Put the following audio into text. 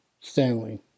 Stanley